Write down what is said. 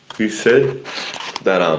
he said that, um